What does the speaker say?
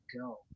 go